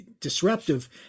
disruptive